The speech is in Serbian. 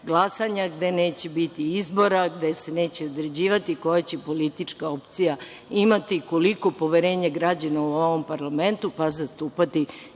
glasanja, gde neće biti izbora, gde se neće određivati koja će politička opcija imati koliko poverenja građana u ovom parlamentu, pa zastupati